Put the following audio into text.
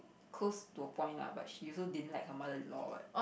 close to a point lah but she also didn't like her mother-in-law what